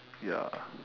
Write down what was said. ya